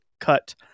cut